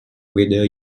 whether